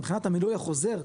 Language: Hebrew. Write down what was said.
מבחינת המילוי החוזר,